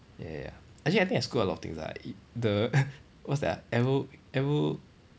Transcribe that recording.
ya ya ya actually I think I screw up a lot of things ah the what's that ah aero aero